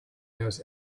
knows